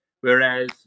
Whereas